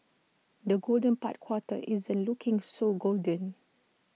the golden part quarter isn't looking so golden